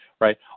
right